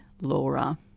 Laura